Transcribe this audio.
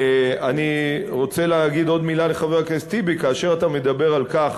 אני רוצה להגיד עוד מילה לחבר הכנסת טיבי: כאשר אתה מדבר על כך